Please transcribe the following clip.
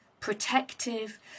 protective